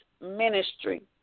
ministry